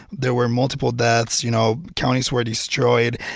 there were multiple deaths. you know, counties were destroyed.